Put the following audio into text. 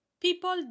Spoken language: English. People